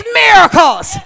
miracles